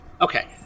Okay